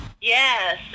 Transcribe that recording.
Yes